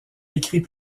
écrit